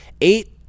eight